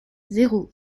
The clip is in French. zéro